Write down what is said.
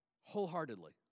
wholeheartedly